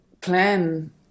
plan